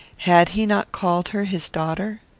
had he not called her his daughter?